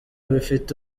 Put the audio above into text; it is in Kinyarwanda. bifite